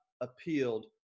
appealed